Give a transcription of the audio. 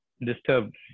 disturbed